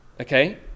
Okay